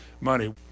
money